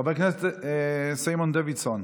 חבר הכנסת סימון דוידסון.